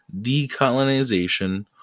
Decolonization